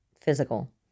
physical